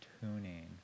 tuning